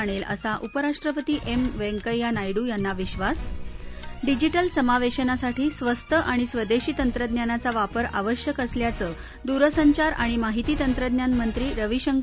आणेल असा उपराष्ट्रपती एम व्यंकय्या नायडू यांना विश्वास डिजिटल समावेशनासाठी स्वस्त आणि स्वदेशी तंत्रज्ञानाचा वापर आवश्यक असल्याचं दूरसंचार आणि माहिती तंत्रज्ञान मंत्री रवीशंकर